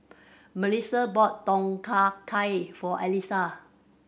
Mellisa bought Tom Kha Gai for Alissa